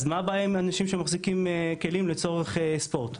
אז מה הבעיה עם אנשים שמחזיקים כלים לצורך ספורט?